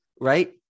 Right